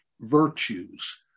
virtues